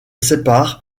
séparent